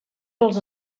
pels